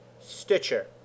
Stitcher